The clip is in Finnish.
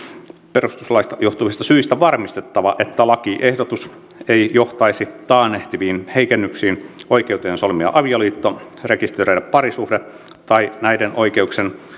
perustuslaista johtuvista syistä varmistettava että lakiehdotus ei johtaisi taannehtiviin heikennyksiin oikeuteen solmia avioliitto rekisteröidä parisuhde tai näiden oikeuksien